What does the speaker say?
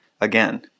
again